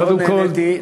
מאוד נהניתי.